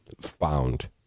found